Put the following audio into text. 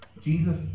Jesus